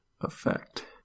effect